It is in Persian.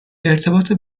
ارتباط